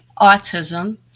autism